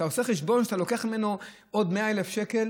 אתה עושה חשבון שאתה לוקח ממנו עוד 100,000 שקל